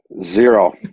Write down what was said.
Zero